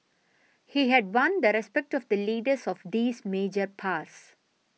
he had won the respect of the leaders of these major powers